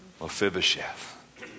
Mephibosheth